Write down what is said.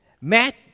Matt